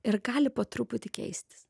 ir gali po truputį keistis